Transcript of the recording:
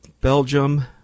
Belgium